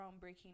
groundbreaking